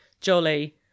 jolly